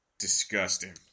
disgusting